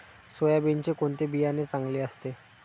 सोयाबीनचे कोणते बियाणे चांगले असते?